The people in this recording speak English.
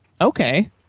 Okay